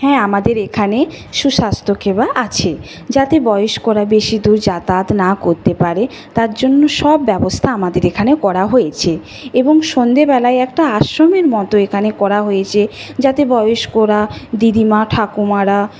হ্যাঁ আমাদের এখানে সুস্বাস্থ্য সেবা আছে যাতে বয়স্করা বেশি দূর যাতায়াত না করতে পারে তার জন্য সব ব্যবস্থা আমাদের এখানে করা হয়েছে এবং সন্ধেবেলায় একটা আশ্রমের মতো এখানে করা হয়েছে যাতে বয়স্করা দিদিমা ঠাকুমারা